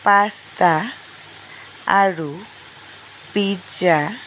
pasta আৰু pizza